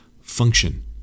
function